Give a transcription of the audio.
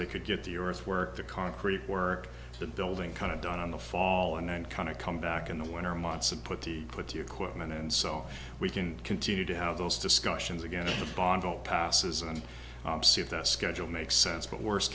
they could get the earthwork the concrete work the building kind of done on the fall and then kind of come back in the winter months and put the put the equipment and so we can continue to have those discussions again in the bottle passes and see if that schedule makes sense but wors